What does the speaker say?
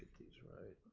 these right.